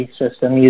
system